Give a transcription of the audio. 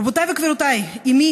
רבותיי וגבירותיי, אימי